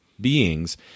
beings